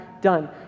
done